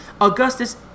Augustus